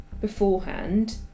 beforehand